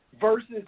versus